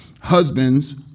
Husbands